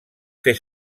fer